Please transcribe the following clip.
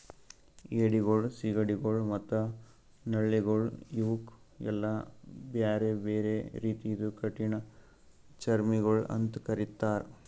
ಏಡಿಗೊಳ್, ಸೀಗಡಿಗೊಳ್ ಮತ್ತ ನಳ್ಳಿಗೊಳ್ ಇವುಕ್ ಎಲ್ಲಾ ಬ್ಯಾರೆ ಬ್ಯಾರೆ ರೀತಿದು ಕಠಿಣ ಚರ್ಮಿಗೊಳ್ ಅಂತ್ ಕರಿತ್ತಾರ್